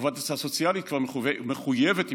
והעובדת הסוציאלית כבר מחויבת,